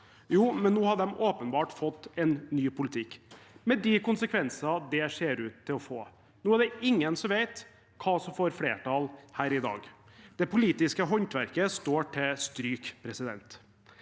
Jo, men nå hadde de åpenbart fått en ny politikk – med de konsekvenser det ser ut til å få. Nå er det ingen som vet hva som får flertall her i dag. Det politiske håndverket står til stryk. I likhet